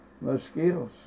mosquitoes